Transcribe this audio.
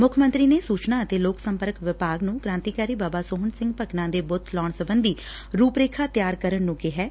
ਮੁੱਖ ਮੰਤੀ ਨੇ ਸੂਚਨਾ ਅਤੇ ਲੋਕ ਸੰਪਰਕ ਵਿਭਾਗ ਨੂੰ ਕ੍ਾਂਤੀਕਾਰੀ ਬਾਬਾ ਸੋਹਣ ਸਿੰਘ ਭਕਨਾ ਦੇ ਬੁੱਤ ਲਾਉਣ ਸਬੰਧੀ ਰੁਪਰੇਖਾ ਤਿਆਰ ਕਰਨ ਨੁੰ ਕਿਹੈ